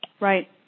Right